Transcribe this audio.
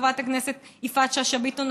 חברת הכנסת יפעת שאשא ביטון,